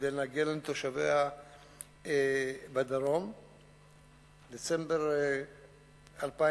כדי להגן על תושביה בדרום בדצמבר 2008,